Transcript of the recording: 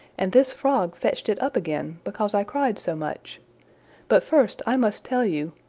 and this frog fetched it up again because i cried so much but first, i must tell you,